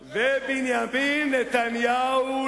תקשיבו,